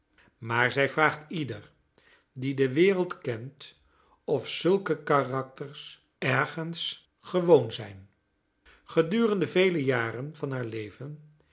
maar zij vraagt iedereen die de wereld kent of zulke karakters ergens gewoon zijn gedurende vele jaren van haar leven